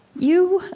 you,